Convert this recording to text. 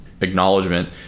acknowledgement